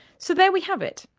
so there we have it.